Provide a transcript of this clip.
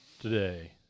today